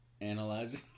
analyzing